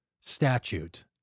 statute